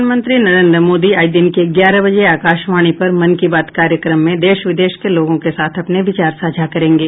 प्रधानमंत्री नरेन्द्र मोदी आज दिन के ग्यारह बजे आकाशवाणी पर मन की बात कार्यक्रम में देश विदेश के लोगों के साथ अपने विचार साझा करेंगे